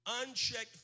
Unchecked